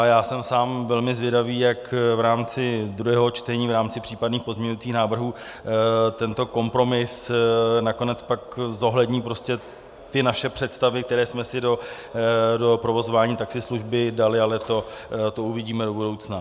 Já jsem sám velmi zvědavý, jak v rámci druhého čtení, v rámci případných pozměňovacích návrhů tento kompromis nakonec pak zohlední ty naše představy, které jsme si do provozování taxislužby dali, ale to uvidíme do budoucna.